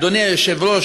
אדוני היושב-ראש,